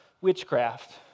witchcraft